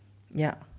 ya